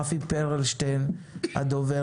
רפי פרלשטיין הדובר,